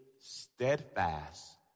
steadfast